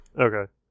Okay